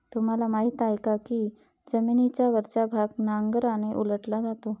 तुम्हाला माहीत आहे का की जमिनीचा वरचा भाग नांगराने उलटला जातो?